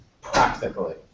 practically